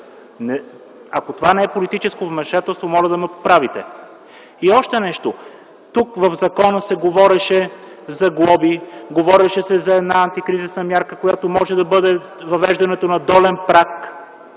Ако това не е политическо вмешателство, моля да ме поправите. И още нещо – тук, в закона се говореше за глоби, говореше се за една антикризисна мярка, която може да бъде въвеждането на долен праг